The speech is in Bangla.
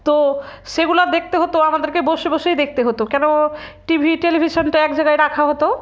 তো সেগুলো দেখতে হতো আমাদেরকে বসে বসেই দেখতে হতো কেন টি ভি টেলিভিশনটা এক জায়গায় রাখা হতো